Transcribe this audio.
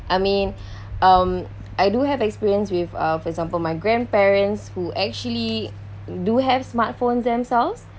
I mean um I do have experience with uh for example my grandparents who actually do have smart phones themselves